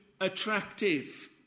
attractive